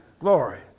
Glory